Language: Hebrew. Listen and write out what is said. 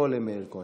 אלעזר שטרן,